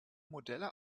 modelle